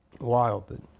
Wild